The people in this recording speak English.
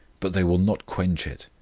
but they will not quench it.